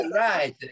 Right